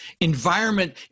environment